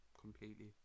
Completely